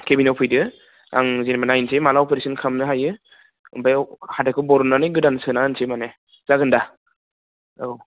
केबिनाव फैदो आं जेनेबा नायनोसै माला अपारेसन खालामनो हायो ओमफाय हाथाइखौ बर'ननानै गोदान सोना होनोसै माने जागोन दा औ